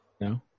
No